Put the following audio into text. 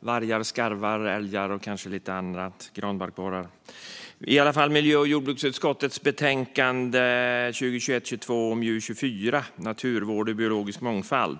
vargar, skarvar, älgar och kanske lite annat - granbarkborrar, till exempel. Det handlar om miljö och jordbruksutskottets betänkande MJU24 Naturvård och biologisk mångfald .